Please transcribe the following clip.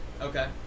Okay